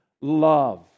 love